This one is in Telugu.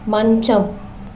మంచం